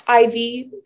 IV